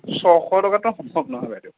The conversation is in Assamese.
ছয়শ টকাতটো সম্ভৱ নহয় বাইদেউ